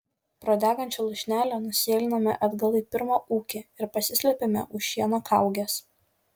pro degančią lūšnelę nusėlinome atgal į pirmą ūkį ir pasislėpėme už šieno kaugės